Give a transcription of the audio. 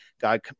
God